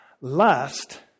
Lust